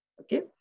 okay